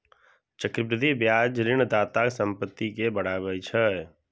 चक्रवृद्धि ब्याज ऋणदाताक संपत्ति कें बढ़ाबै छै